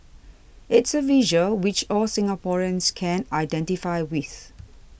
it's a visual which all Singaporeans can identify with